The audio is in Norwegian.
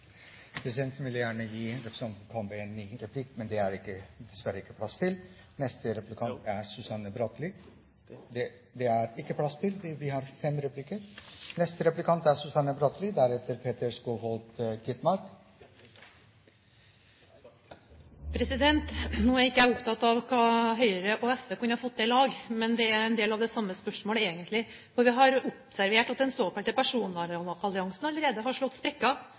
Presidenten ville gjerne gitt representanten Kambe en ny replikk, men det er det dessverre ikke plass til. Nå er ikke jeg opptatt av hva Høyre og SV kunne fått til i lag, men det er en del av det samme spørsmålet egentlig. For vi har observert at den såkalte personvernalliansen allerede har slått